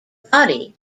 body